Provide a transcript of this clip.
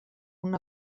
una